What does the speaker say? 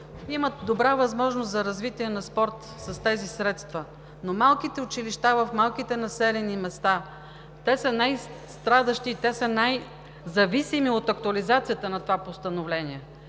имат добра възможност за развитие на спорт с тези средства, но малките училища в малките населени места са най-страдащи, те са най-зависими от актуализацията на това постановление.